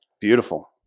Beautiful